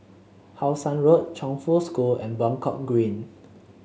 How Sun Road Chongfu School and Buangkok Green